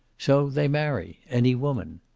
so they marry any woman.